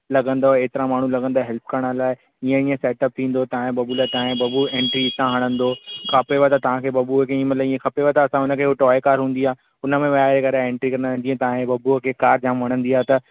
लॻंदव एतिरा माण्हूं लॻंदव हेल्प करण लाइ हीअं हीअं सेट अप थींदो तव्हां जे बबू लाइ तव्हां जो बबू एंट्री हितां हणंदो खपेव त तव्हां जे बबूअ खे मतिलबु ईअं खपेव त असां उन खे उहा टॉय कार हूंदी आहे उन में वेहारे करे एंट्री कंदा आहियूं जीअं तव्हां जे बबूअ खे कार जाम वणंदी आहे त